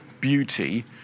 beauty